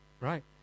Right